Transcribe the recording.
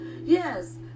Yes